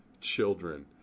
children